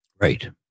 Right